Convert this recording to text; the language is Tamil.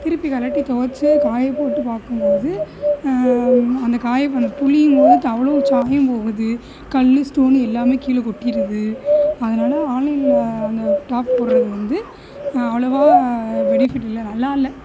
திருப்பி கழட்டி துவச்சி காயப் போட்டு பார்க்கும் போது அந்த காய அந்த பிழியும் போது அவ்வளோ சாயம் போகுது கல் ஸ்டோனு எல்லாம் கீழே கொட்டிருது அதனால ஆன்லைனில் அந்த டாப் போடுறது வந்து அவ்வளோவா பெனிஃபிட் இல்லை நல்லாயில்ல